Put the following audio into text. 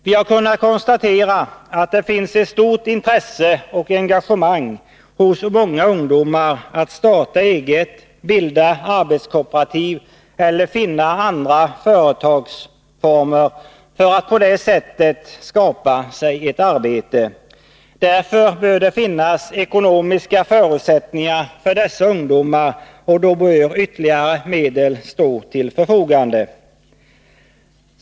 Vi har kunnat konstatera att det finns ett stort intresse och engagemang hos många ungdomar att starta eget, bilda arbetskooperativ eller finna andra företagsformer för att på det sättet skapa sig ett arbete. Därför bör det finnas ekonomiska förutsättningar för dessa ungdomar, och då bör ytterligare medel stå till förfogande.